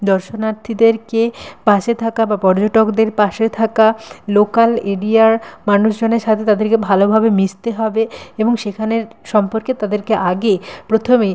দর্শনার্থীদেরকে পাশে থাকা বা পর্যটকদের পাশে থাকা লোকাল এরিয়ার মানুষজনের সাথে তাদেরকে ভালোভাবে মিশতে হবে এবং সেখানের সম্পর্কে তাদেরকে আগে প্রথমেই